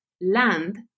land